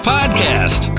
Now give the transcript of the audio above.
Podcast